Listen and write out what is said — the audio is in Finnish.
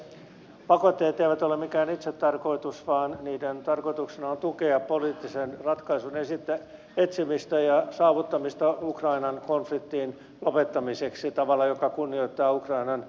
pakotteet eivät ole mikään itsetarkoitus vaan niiden tarkoituksena on tukea poliittisen ratkaisun etsimistä ja saavuttamista ukrainan konfliktin lopettamiseksi tavalla joka kunnioittaa ukrainan itsenäisyyttä